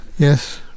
Yes